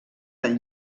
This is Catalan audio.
del